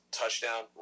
touchdown